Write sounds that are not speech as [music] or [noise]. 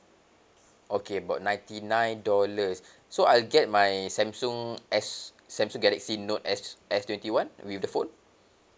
okay about ninety nine dollars [breath] so I'll get my Samsung S Samsung galaxy note S S twenty one with the phone